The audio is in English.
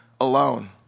alone